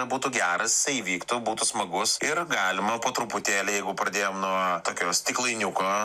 būtų geras įvyktų būtų smagus ir galima po truputėlį jeigu pradėjom nuo tokio stiklainiuko